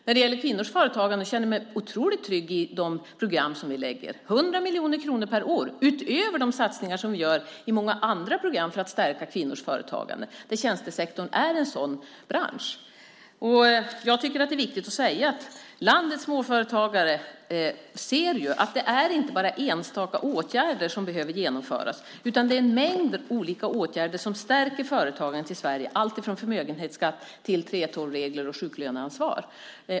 När det gäller kvinnors företagande känner jag mig otroligt trygg i de program som vi lägger fram: 100 miljoner kronor per år - utöver de satsningar som vi gör i många andra program för att stärka kvinnors företagande, och tjänstesektorn är en sådan bransch. Jag tycker att det är viktigt att säga att landets småföretagare ser att det inte bara är enstaka åtgärder som behöver genomföras utan det är en mängd olika åtgärder som stärker företagandet i Sverige alltifrån förmögenhetsskatt till 3:12-regler och sjuklöneansvar.